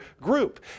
group